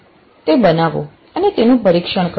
તે બનાવો અને તેનું પરીક્ષણ કરો